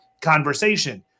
conversation